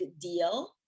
deal